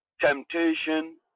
temptation